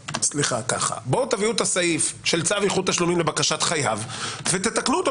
תביאו את הסעיף של צו איחוד תשלומים לבקשת חייב ותתקנו אותו,